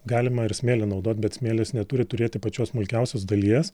galima ir smėlį naudot bet smėlis neturi turėti pačios smulkiausios dalies